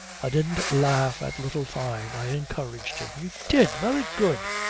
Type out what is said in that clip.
i didn't laugh at little fyne. i encouraged him you did very good.